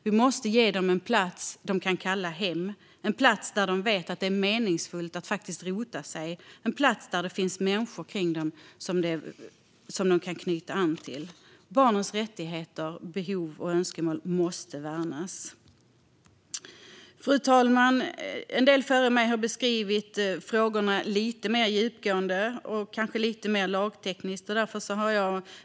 Man måste ge dem en plats att kalla hem, en plats där de vet att det är meningsfullt att rota sig, en plats där det finns människor omkring dem att knyta an till. Barnens rättigheter, behov och önskemål måste värnas. Fru talman! En del före mig har beskrivit frågorna lite mer djupgående och kanske lite mer lagtekniskt.